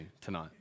tonight